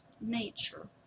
nature